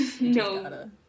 No